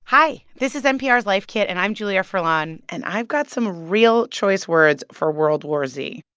hi. this is npr's life kit and i'm julia furlan. and i've got some real choice words for world war z.